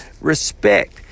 respect